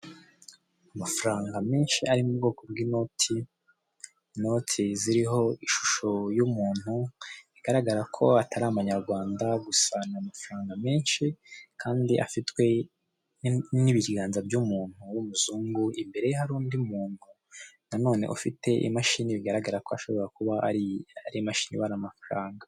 Amafaranga menshi arimo ubwoko bw'inoti, inote ziriho ishusho y'umuntu, igaragara ko atari abanyarwanda, gusa ni amafaranga menshi kandi afitwe n'ibiganza by'umuntu w'umuzungu, imbere hari undi muntu nanone ufite imashini, bigaragara ko ashobora kuba ari arimashini ibara amafaranga.